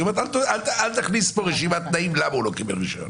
היא אומרת לך: אל תכניס פה רשימת תנאים למה הוא לא קיבל רישיון.